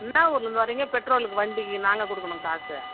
என்ன ஊர்லேருந்து வர்றீங்க பெட்ரோலுக்கு வண்டிக்கு நாங்கள் கொடுக்கணும் காசு